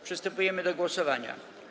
Przystępujemy do głosowania.